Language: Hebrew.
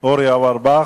אורי אורבך,